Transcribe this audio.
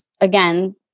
again